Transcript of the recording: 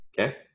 okay